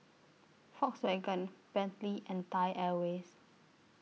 Volkswagen Bentley and Thai Airways